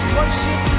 worship